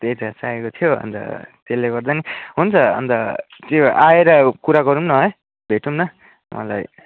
त्यही त चाहिएको थियो अन्त त्यसले गर्दा नि हुन्छ अन्त त्यो आएर कुरा गरौँ न है भेटौँ न मलाई